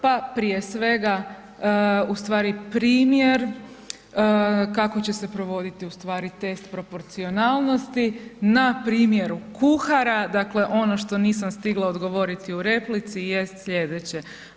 Pa prije svega, u stvari primjer kako će se provoditi u stvari test proporcionalnosti na primjeru kuhara, dakle ono što nisam stigla odgovoriti u replici jest sljedeće.